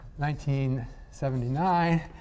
1979